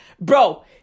bro